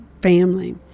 family